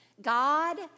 God